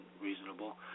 reasonable